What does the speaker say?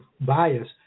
bias